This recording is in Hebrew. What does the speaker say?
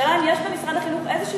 השאלה היא אם יש במשרד החינוך תוכנית